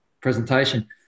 presentation